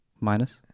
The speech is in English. Minus